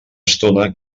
estona